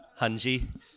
Hanji